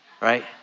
right